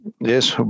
Yes